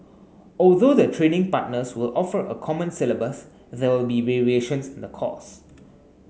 although the training partners will offer a common syllabus there will be variations in the course